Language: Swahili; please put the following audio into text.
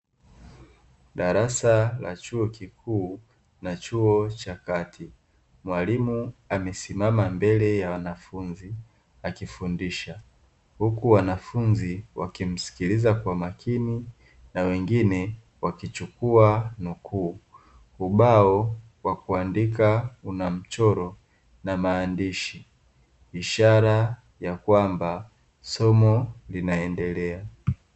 Darasa la chuo kikuu na chuo cha kati, mwalimu amesimama mbele ya wanafunzi akifundisha huku wanafunzi wakimsikiliza kwa makini na wengine wakichukua nukuu, ubao wa kuandika unamchoro na maandishi ishara ya kwamba somo linaendelea.